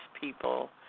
people